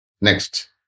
Next